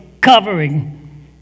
covering